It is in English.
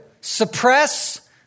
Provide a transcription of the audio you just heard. Suppress